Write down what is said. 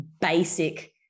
basic